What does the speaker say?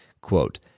quote